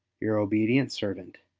your obedient servant,